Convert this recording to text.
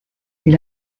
est